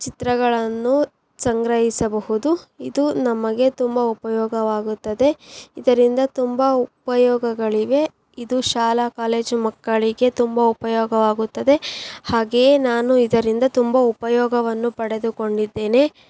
ಚಿತ್ರಗಳನ್ನು ಸಂಗ್ರಹಿಸಬಹುದು ಇದು ನಮಗೆ ತುಂಬ ಉಪಯೋಗವಾಗುತ್ತದೆ ಇದರಿಂದ ತುಂಬ ಉಪಯೋಗಗಳಿವೆ ಇದು ಶಾಲಾ ಕಾಲೇಜು ಮಕ್ಕಳಿಗೆ ತುಂಬ ಉಪಯೋಗವಾಗುತ್ತದೆ ಹಾಗೆಯೇ ನಾನು ಇದರಿಂದ ತುಂಬ ಉಪಯೋಗವನ್ನು ಪಡೆದುಕೊಂಡಿದ್ದೇನೆ